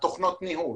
תוכנות ניהול,